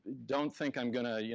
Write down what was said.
don't think i'm gonna yeah